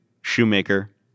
Shoemaker